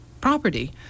property